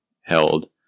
held